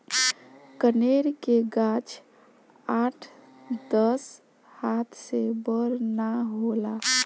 कनेर के गाछ आठ दस हाथ से बड़ ना होला